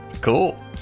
Cool